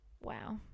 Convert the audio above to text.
wow